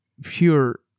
pure